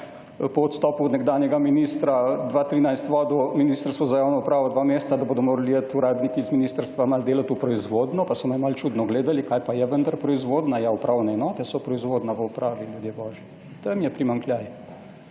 po odstopu nekdanjega ministra 2013 vodil Ministrstvo za javno upravo dva meseca, da bodo morali iti uradniki iz ministrstva malo delati v proizvodnjo, pa so me malo čudno gledali, kaj pa je vendar proizvodnja, ja upravne enote so proizvodnja v upravi ljudje božji. Tam je primanjkljaj.